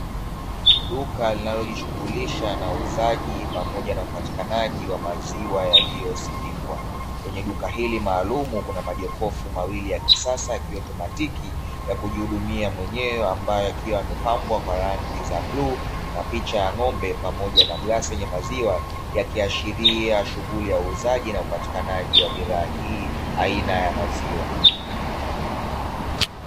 Duka lao linalojishughulisha na uuzaji pamoja na upatikanaji wa maziwa yaliyosindikwa, kwenye duka hili maalumu kuna majokofu mawili ya kisasa ya kiautomatiki ya kujihudumia mwenyewe; ambayo yakiwa yamepambwa kwa rangi za bluu na picha ya ng'ombe pamoja na glasi yenye maziwa, yakiashiria shughuli ya uuzaji na upatikanaji wa bidhaa hii aina ya maziwa.